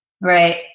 Right